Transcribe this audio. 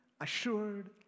assured